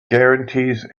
guarantees